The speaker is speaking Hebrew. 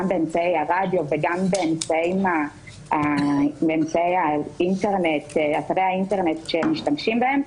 באמצעי הרדיו וגם באמצעי האינטרנט שהם משתמשים בהם,